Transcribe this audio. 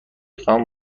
خواهم